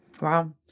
Wow